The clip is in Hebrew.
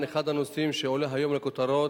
אחד הנושאים שעולה היום לכותרות,